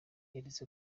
yaretse